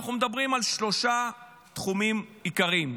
אנחנו מדברים על שלושה תחומים עיקריים.